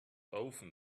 often